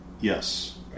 Yes